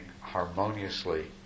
harmoniously